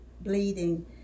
bleeding